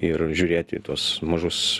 ir žiūrėti į tuos mažus